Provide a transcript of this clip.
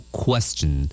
question